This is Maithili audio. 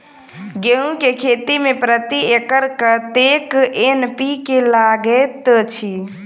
गेंहूँ केँ खेती मे प्रति एकड़ कतेक एन.पी.के लागैत अछि?